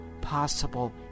possible